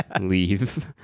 leave